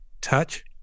touch